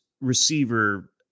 receiver